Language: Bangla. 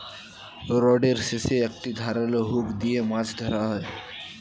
রডের শেষে একটি ধারালো হুক দিয়ে মাছ ধরা হয়